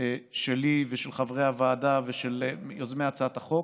שלי ושל חברי הוועדה ושל יוזמי הצעת החוק,